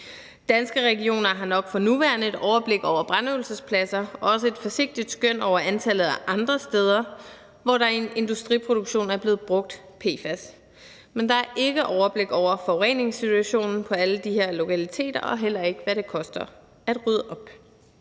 Danske Regioner har nok for nuværende et overblik over brandøvelsespladser og også et forsigtigt skøn over antallet af andre steder, hvor der i industriproduktion er blevet brugt PFAS, men der er ikke overblik over forureningssituationen på alle de her lokaliteter og heller ikke over, hvad det koster at rydde op.